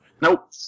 Nope